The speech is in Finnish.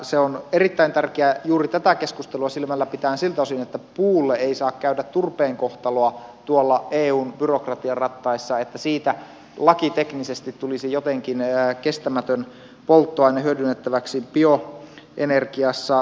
se on erittäin tärkeä juuri tätä keskustelua silmällä pitäen siltä osin että puulle ei saa käydä turpeen kohtaloa tuolla eun byrokratian rattaissa niin että siitä lakiteknisesti tulisi jotenkin kestämätön polttoaine hyödynnettäväksi bioenergiassa